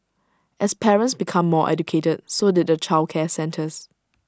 as parents became more educated so did the childcare centres